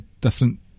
different